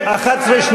אדוני היושב-ראש,